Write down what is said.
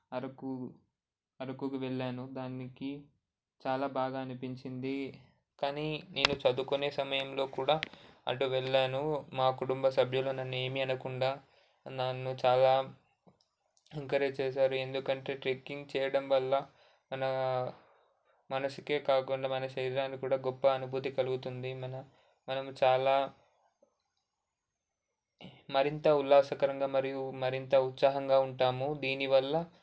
అరకు అరకుకి వెళ్ళాను దానికి చాలా బాగా అనిపించింది కానీ నేను చదువుకునే సమయంలో కూడా అటు వెళ్ళాను మా కుటుంబ సభ్యులు నన్ను ఏమీ అనుకుండా నన్ను చాలా ఎంకరేజ్ చేసారు ఎందుకంటే ట్రెక్కింగ్ చేయడం వల్ల మన మనసుకే కాకుండా మన శరీరాన్ని కూడా గొప్ప అనుభూతి కలుగుతుంది మన మనము చాలా మరింత ఉల్లాసకరంగా మరియు మరింత ఉత్సాహంగా ఉంటాము దీనివల్ల